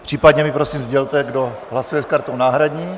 Případně mi prosím sdělte, kdo hlasuje s kartou náhradní.